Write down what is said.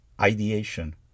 ideation